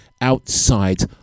outside